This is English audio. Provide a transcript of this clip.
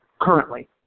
currently